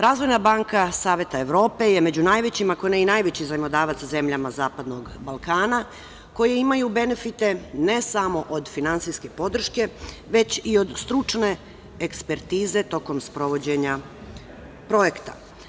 Razvojna banka Saveta Evrope je među najvećim, ako ne i najveći zajmodavac zemljama Zapadnog Balkana koje imaju benefite ne samo od finansijske podrške, već i od stručne ekspertize tokom sprovođenja projekta.